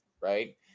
right